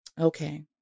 Okay